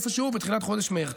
איפשהו בתחילת חודש מרץ.